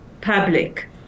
public